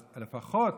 אז לפחות,